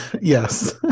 yes